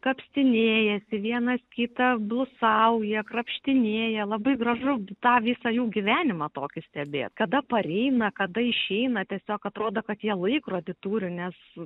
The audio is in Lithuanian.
kapstinėjasi vienas kitą blusauja krapštinėja labai gražu tą visą jų gyvenimą tokį stebėt kada pareina kada išeina tiesiog atrodo kad jie laikrodį turi nes